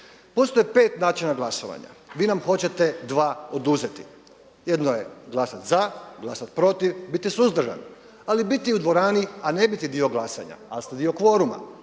Postoje pet načina glasovanja. Vi nam hoćete dva oduzeti. Jedno je glasat za, glasat protiv, biti suzdržan ali i biti u dvorani, a ne biti dio glasanja, ali ste dio kvoruma.